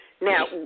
Now